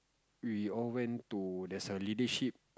we all went to there's a leadership